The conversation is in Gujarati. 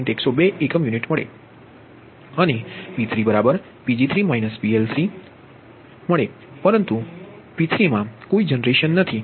102 એકમ યુનિટ અને P3Pg 3 PL3 પરંતુ બસ ત્રણ પાસે કોઈ જનરેશન નથી